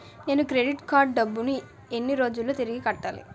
నేను credit card డబ్బును ఎన్ని రోజుల్లో తిరిగి కట్టాలి?